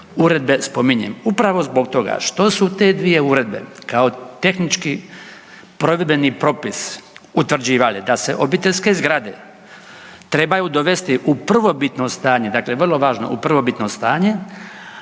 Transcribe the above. uredbe spominjem? Upravo zbog toga što su te dvije uredbe kao tehnički provedbeni propis utvrđivale da se obiteljske zgrade trebaju dovesti u prvobitno stanje dakle vrlo važno u prvobitno stanje